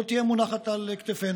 לא תהיה מונחת על כתפיהם.